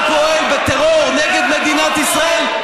אתה פועל בטרור נגד מדינת ישראל,